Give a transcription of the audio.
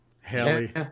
Haley